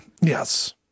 Yes